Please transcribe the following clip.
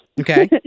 Okay